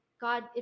God